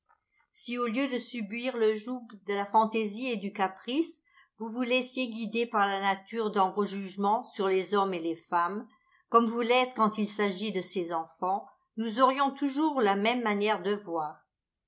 si au lieu de subir le joug de la fantaisie et du caprice vous vous laissiez guider par la nature dans vos jugements sur les hommes et les femmes comme vous l'êtes quand il s'agit de ces enfants nous aurions toujours la même manière de voir